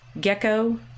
Gecko